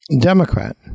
Democrat